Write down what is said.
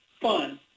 fun